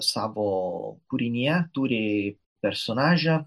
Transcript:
savo kūrinyje turi personažą